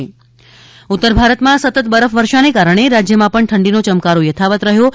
હવામાન ઉત્તરભારતમાં સતત બરફવર્ષાના કારણે રાજ્યમાં પણ ઠંડીનો યમકારો યથાવત રહ્યો છે